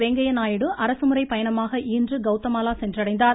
வெங்கைய நாயுடு அரசுமுறை பயணமாக இன்று கவுதமாலா சென்றடைந்தார்